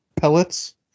pellets